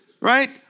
right